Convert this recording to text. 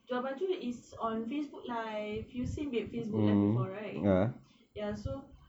jual baju is on facebook live you've seen that facebook live before right ya so